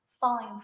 falling